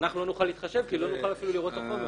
אנחנו לא נוכל להתחשב כי לא נוכל לראות את החומר.